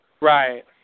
Right